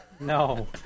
No